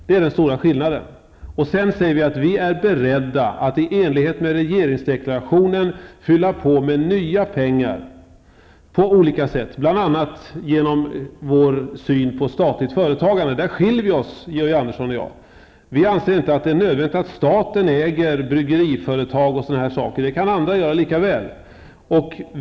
Det är den stora skillnaden. Sedan är vi beredda att i enlighet med regeringsdeklarationen fylla på med nya pengar på olika sätt, bl.a. genom vår syn på statligt företagande. Där skiljer vi oss, Georg Andersson och jag. Vi anser inte att det är nödvändigt att staten äger bryggeriföretag och sådana saker. Det kan andra göra lika väl.